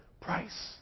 price